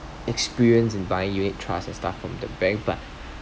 experience in buying unit trust and stuff from the bank but